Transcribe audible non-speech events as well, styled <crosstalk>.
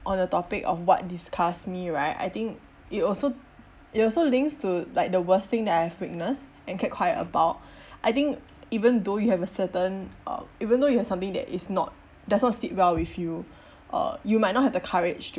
on the topic of what disgust me right I think it also it also links to like the worst thing that I've witnessed and kept quiet about <breath> I think even though you have a certain uh even though you have something that is not does not sit well with you uh you might not have the courage to